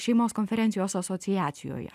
šeimos konferencijos asociacijoje